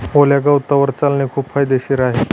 ओल्या गवतावर चालणे खूप फायदेशीर आहे